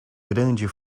grande